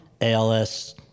ALS